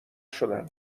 شدم